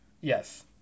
Yes